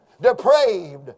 depraved